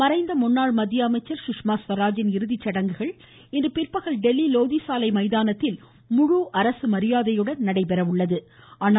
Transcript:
மறைந்த முன்னாள் மத்திய அமைச்சர் சுஷ்மா சுவராஜின் இறுதி சடங்குகள் இன்று பிற்பகல் டெல்லி லோதி சாலை மயானத்தில் முழு அரசு மரியாதையுடன் நடைபெற உள்ளன